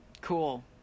Cool